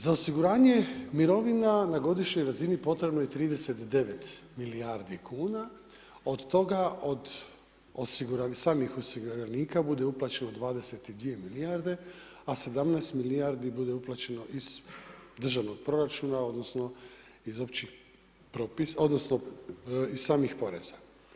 Za osiguranje mirovina na godišnjoj razini potrebno je 39 milijardi kuna, od toga od samih osiguranika bude uplaćeno 22 milijarde a 17 milijardi bude uplaćeno iz državnog proračuna odnosno iz općih propisa, odnosno iz samih poreza.